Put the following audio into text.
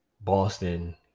Boston